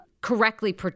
correctly